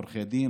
עורכי דין,